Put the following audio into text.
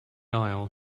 aisle